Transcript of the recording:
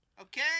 okay